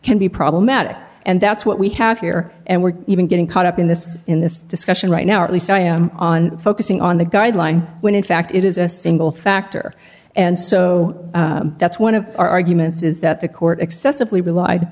can be problematic and that's what we have here and we're even getting caught up in this in this discussion right now at least i am on focusing on the guideline when in fact it is a single factor and so that's one of our arguments is that the court excessively relied